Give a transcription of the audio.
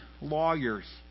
lawyers